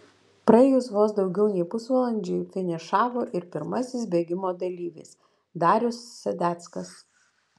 praėjus vos daugiau nei pusvalandžiui finišavo ir pirmasis bėgimo dalyvis darius sadeckas